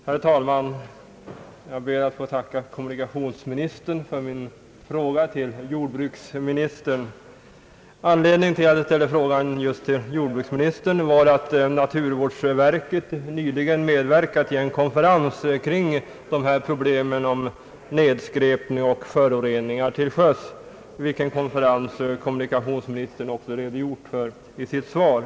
Herr talman! Jag ber att få tacka kommunikationsministern för svaret på min fråga till jordbruksministern. Anledningen till att jag ställde frågan till jordbruksministern var att naturvårdsverket nyligen medverkat i en konferens kring problemen om ned Om åtgärder mot nedskräpning till sjöss skräpning och föroreningar till sjöss — vilken konferens kommunikationsministern också redogjort för i sitt svar.